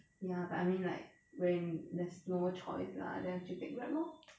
ya but I mean like when there's no choice lah then 就 take grab lor